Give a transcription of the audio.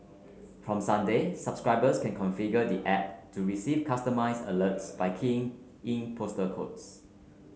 from Sunday subscribers can configure the app to receive customised alerts by keying in postal codes